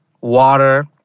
water